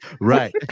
Right